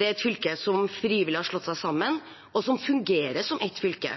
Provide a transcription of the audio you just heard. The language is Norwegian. Det er et fylke som frivillig har slått seg sammen, og som fungerer som ett fylke.